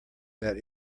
that